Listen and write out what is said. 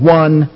one